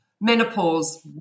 Menopause